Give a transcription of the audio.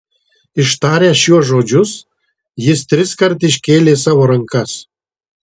ištaręs šiuos žodžius jis triskart iškėlė savo rankas